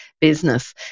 business